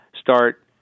start